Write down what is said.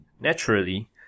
naturally